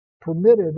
permitted